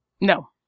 No